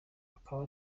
akaba